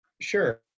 Sure